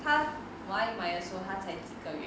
他我阿姨买的时候他才几个月